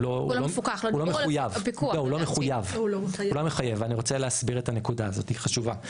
הוא לא מחייב ואני רוצה להסביר את הנקודה הזאת היא חשובה,